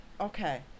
Okay